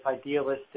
idealistic